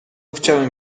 chciałem